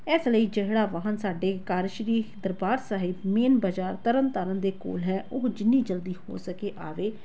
ਇਸ ਲਈ ਜਿਹੜਾ ਵਾਹਨ ਸਾਡੇ ਘਰ ਸ਼੍ਰੀ ਦਰਬਾਰ ਸਾਹਿਬ ਮੇਨ ਬਾਜ਼ਾਰ ਤਰਨ ਤਾਰਨ ਦੇ ਕੋਲ ਹੈ ਉਹ ਜਿੰਨੀ ਜਲਦੀ ਹੋ ਸਕੇ ਆਵੇ